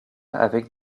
avec